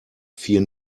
vier